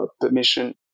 permission